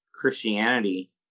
Christianity